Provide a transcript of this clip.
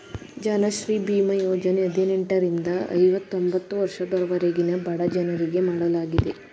ಜನಶ್ರೀ ಬೀಮಾ ಯೋಜನೆ ಹದಿನೆಂಟರಿಂದ ಐವತೊಂಬತ್ತು ವರ್ಷದವರೆಗಿನ ಬಡಜನರಿಗೆ ಮಾಡಲಾಗಿದೆ